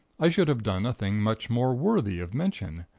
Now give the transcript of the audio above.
i should have done a thing much more worthy of mention.